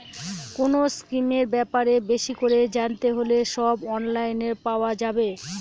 কোনো স্কিমের ব্যাপারে বেশি করে জানতে হলে সব অনলাইনে পাওয়া যাবে